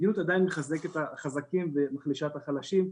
המדיניות עדיין מחזקת את החזקים ומחלישה את החלשים.